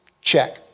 check